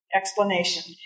explanation